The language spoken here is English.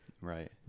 Right